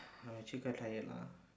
I'm actually quite tired lah